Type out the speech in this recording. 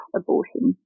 abortion